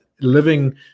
living